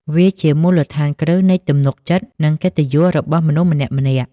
វាជាមូលដ្ឋានគ្រឹះនៃទំនុកចិត្ត និងកិត្តិយសរបស់មនុស្សម្នាក់ៗ។